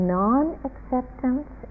non-acceptance